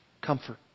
Comfort